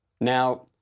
Now